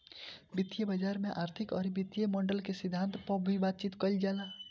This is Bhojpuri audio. वित्तीय बाजार में आर्थिक अउरी वित्तीय मॉडल के सिद्धांत पअ भी बातचीत कईल जाला